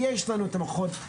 יש לנו את המוחות,